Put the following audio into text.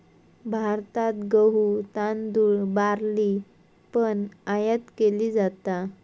भारतात गहु, तांदुळ, बार्ली पण आयात केली जाता